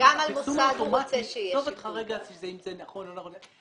גם על מוסד הוא רוצה שיהיה שיקול דעת.